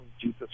Jesus